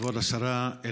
כבוד השרה,